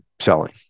selling